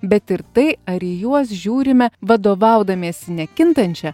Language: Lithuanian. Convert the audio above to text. bet ir tai ar į juos žiūrime vadovaudamiesi nekintančia